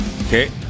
Okay